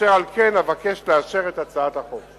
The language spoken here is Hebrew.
אשר על כן, אבקש לאשר את הצעת החוק.